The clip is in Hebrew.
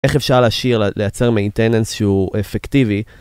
איך אפשר להשאיר, לייצר מיינטננס שהוא אפקטיבי.